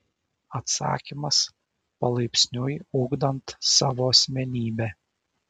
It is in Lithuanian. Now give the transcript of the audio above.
atsakymas palaipsniui ugdant savo asmenybę